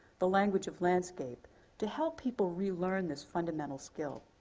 the language of landscape to help people re-learn this fundamental skill.